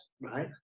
right